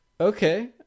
Okay